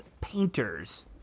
painters